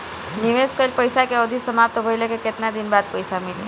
निवेश कइल पइसा के अवधि समाप्त भइले के केतना दिन बाद पइसा मिली?